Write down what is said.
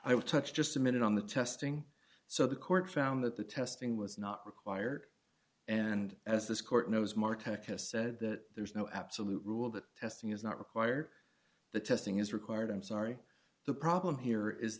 i would touch just a minute on the testing so the court found that the testing was not required and as this court knows martek has said that there is no absolute rule that testing is not required the testing is required i'm sorry the problem here is